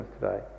today